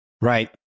Right